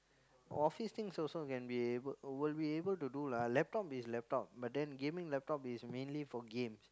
office things also can be able will be able to do lah laptop is laptop but then gaming laptop is mainly for games